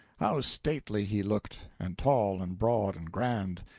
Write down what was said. how stately he looked and tall and broad and grand.